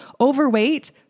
overweight